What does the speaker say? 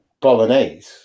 bolognese